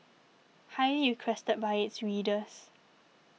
highly requested by its readers